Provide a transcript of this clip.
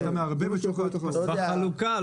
בחלוקה.